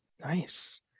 Nice